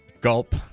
Gulp